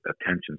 attention